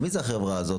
"מי זו החברה הזו,